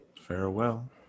Farewell